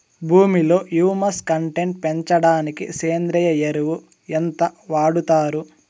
భూమిలో humus content పెంచడానికి సేంద్రియ ఎరువు ఎంత వాడుతారు